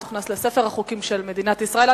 ותוכנס לספר החוקים של מדינת ישראל.